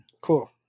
Cool